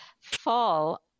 fall